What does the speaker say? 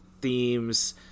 themes